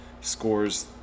scores